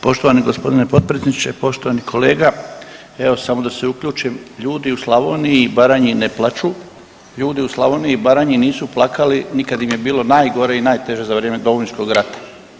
Poštovani gospodine potpredsjedniče, poštovani kolega, evo samo da se uključim ljudi u Slavoniji Baranji ne plaču, ljudi u Slavoniji i Baranji nisu plakali ni kad im je bilo najgore i najteže za vrijeme Domovinskog rata.